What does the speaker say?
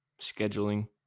scheduling